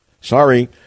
sorry